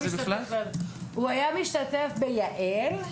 הוא היה משתתף ביע"ל,